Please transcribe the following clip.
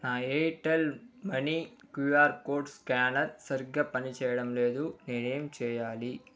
నా Airtel money QR code scanner సరిగ్గా పనిచేయడం లేదు నేనేం చేయాలి